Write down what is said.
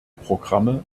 programme